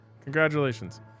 Congratulations